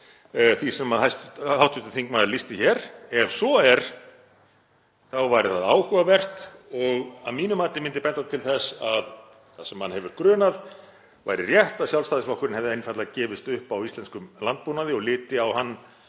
því sem hv. þingmaður lýsti hér. Ef svo er væri það áhugavert og að mínu mati myndi benda til þess að það sem mann hefur grunað væri rétt, að Sjálfstæðisflokkurinn hefði einfaldlega gefist upp á íslenskum landbúnaði og liti á hann